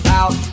out